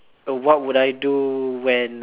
uh what would I do when uh